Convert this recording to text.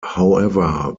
however